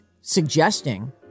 suggesting